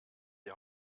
die